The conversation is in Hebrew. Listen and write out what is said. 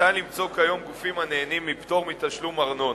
למצוא כיום גופים הנהנים מפטור מתשלום ארנונה.